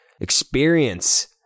experience